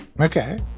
Okay